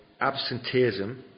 absenteeism